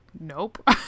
nope